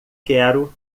quero